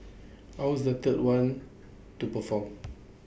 I was the third one to perform